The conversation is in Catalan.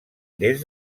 des